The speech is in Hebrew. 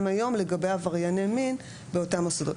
היום לגבי עברייני מין באותם מוסדות.